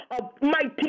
almighty